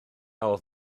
oedd